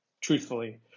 truthfully